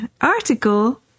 article